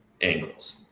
angles